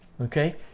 okay